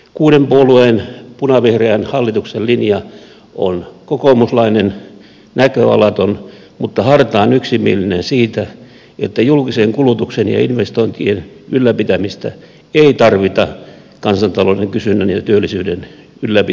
kuuden puolueen punavihreän hallituksen linja on kokoomuslainen näköalaton mutta hartaan yksimielinen siitä että julkisen kulutuksen ja investointien ylläpitämistä ei tarvita kansantalouden kysynnän ja työllisyyden ylläpitämiseen